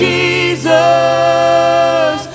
Jesus